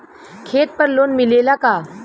खेत पर लोन मिलेला का?